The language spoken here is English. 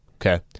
Okay